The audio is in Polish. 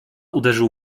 uderzył